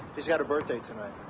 he's got a birthday tonight.